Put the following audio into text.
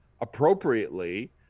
appropriately